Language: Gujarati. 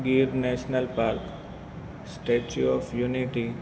Gir National Park Statue of unity